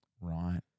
Right